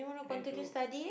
twenty two